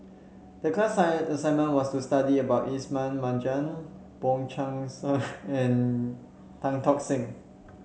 the class sign assignment was to study about Ismail Marjan Wong Chong Sai and Tan Tock Seng